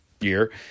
year